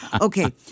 Okay